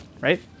right